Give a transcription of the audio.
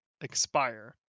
expire